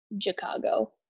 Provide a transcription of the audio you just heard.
Chicago